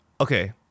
okay